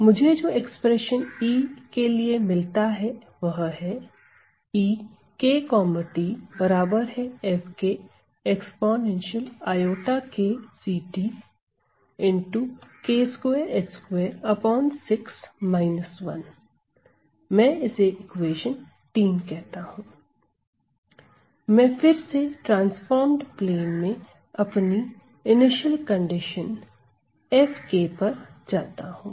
मुझे जो expression E के लिए मिलता है वह है मै फिर से ट्रांसफॉर्म्ड प्लेन में अपनी इनिशियल कंडीशन F पर जाता हूं